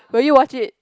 will you watch it